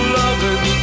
loving